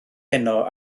heno